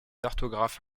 orthographes